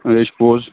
آ یہِ ہَے چھُ پوٚز